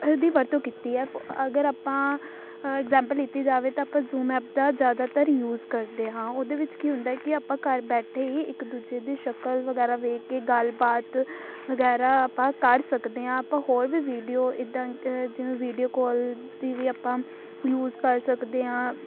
ਦੀ ਵਰਤੋਂ ਕੀਤੀ ਹੈ ਅਗਰ ਆਪਾਂ ਇਗਜੈਂਮਪਲ ਲਿਤੀ ਜਾਵੇ ਤਾਂ ਆਪਾਂ ਜ਼ੂਮ ਐਪ ਦਾ ਜ਼ਿਆਦਾਤਰ ਯੂਜ ਕਰਦੇ ਹਾਂ ਉਹਦੇ ਵਿੱਚ ਕੀ ਹੁੰਦਾ ਕਿ ਆਪਾਂ ਘਰ ਬੈਠੇ ਹੀ ਇੱਕ ਦੂਜੇ ਦੀ ਸ਼ਕਲ ਵਗੈਰਾ ਦੇਖ ਕੇ ਗੱਲਬਾਤ ਵਗੈਰਾ ਆਪਾਂ ਕਰ ਸਕਦੇ ਹਾਂ ਆਪਾਂ ਹੋਰ ਵੀ ਵੀਡੀਓ ਇੱਦਾਂ ਜਿੱਦਾਂ ਵੀਡੀਓ ਕੋਲ ਦੀ ਵੀ ਆਪਾਂ ਯੂਜ਼ ਕਰ ਸਕਦੇ ਹਾਂ